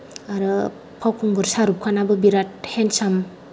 आरो फावखुंगुर शाहरुख खानाबो बिरात हेन्दसाम